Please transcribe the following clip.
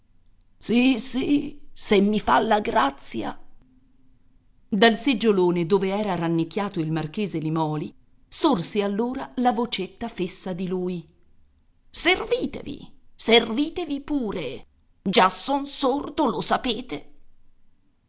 sì sì se mi fa la grazia dal seggiolone dove era rannicchiato il marchese limòli sorse allora la vocetta fessa di lui servitevi servitevi pure già son sordo lo sapete